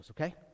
okay